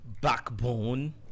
backbone